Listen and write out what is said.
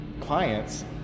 clients